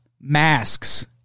masks